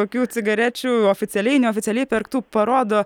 tokių cigarečių oficialiai neoficialiai perktų parodo